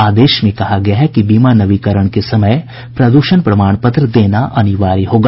आदेश में कहा गया है कि बीमा नवीनीकरण के समय प्रदूषण प्रमाण पत्र देना अनिवार्य होगा